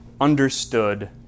understood